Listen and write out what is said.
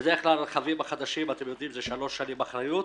בדרך כלל רכבים חדשים זה שלוש שנים אחריות,